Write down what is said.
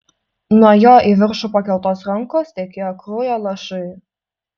nuo jo į viršų pakeltos rankos tekėjo kraujo lašai